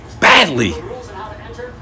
badly